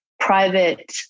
private